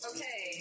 Okay